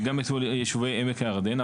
וגם את יישובי עמק הירדן.